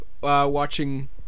watching